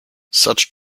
such